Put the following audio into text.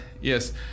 Yes